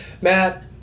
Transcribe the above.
Matt